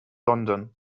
london